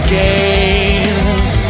games